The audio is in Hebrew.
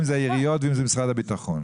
העיריות או משרד הביטחון.